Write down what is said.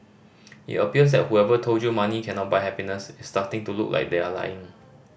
it appears that whoever told you money cannot buy happiness is starting to look like they are lying